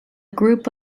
group